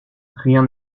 rien